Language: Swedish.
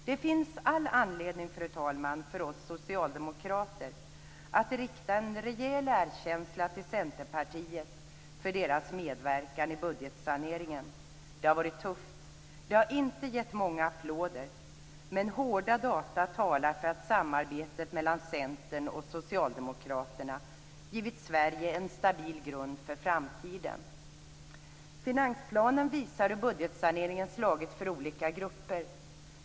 Det finns all anledning, fru talman, för oss socialdemokrater att i det sammanhanget rikta en rejäl erkänsla till Centerpartiet för dess medverkan i budgetsaneringen. Det har varit tufft. Det har inte givit många applåder, men hårda data talar för att samarbetet mellan Centern och Socialdemokraterna givit Sverige en stabil grund för framtiden. Finansplanen visar hur budgetsaneringen slagit för olika grupper.